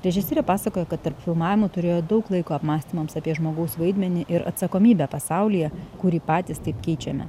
režisierė pasakojo kad tarp filmavimų turėjo daug laiko apmąstymams apie žmogaus vaidmenį ir atsakomybę pasaulyje kurį patys taip keičiame